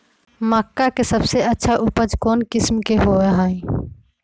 मक्का के सबसे अच्छा उपज कौन किस्म के होअ ह?